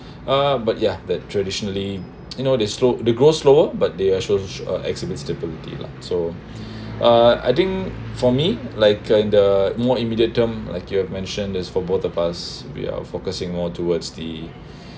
uh but ya that traditionally you know they slow they grow slower but they actually have a exhibit stability lah so uh I think for me like in the more immediate term like you have mentioned as for both of us we are focusing more towards the